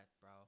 bro